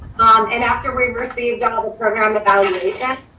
and after rebirth, we've done a whole program evaluation,